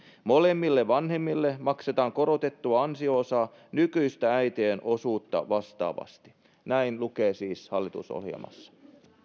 molemmille vanhemmille maksetaan korotettua ansio osaa nykyistä äitien osuutta vastaavasti näin lukee siis hallitusohjelmassa